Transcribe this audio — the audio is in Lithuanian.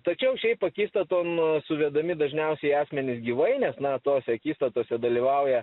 tačiau šiaip akistaton suvedami dažniausiai asmenys gyvai nes na tose akistatose dalyvauja